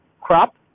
crop